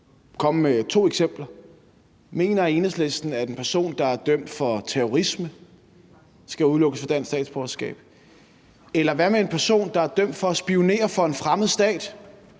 Jeg kunne komme med to eksempler: Mener Enhedslisten, at en person, der er dømt for terrorisme, skal udelukkes fra at få dansk statsborgerskab? Eller hvad med en person, der er dømt for at spionere for en fremmed stat,